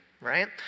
right